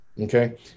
Okay